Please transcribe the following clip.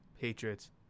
patriots